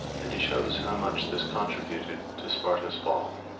and he shows how much this contributed to sparta's fall.